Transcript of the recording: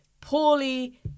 poorly